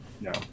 No